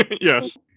yes